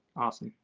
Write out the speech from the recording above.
awesome.